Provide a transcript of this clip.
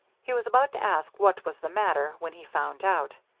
he was about to ask what was the matter when he found out.